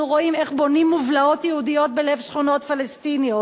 אנחנו רואים איך בונים מובלעות יהודיות בלב שכונות פלסטיניות,